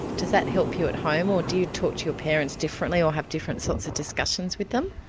does that help you at home, or do you talk to your parents differently or have different sorts of discussions with them?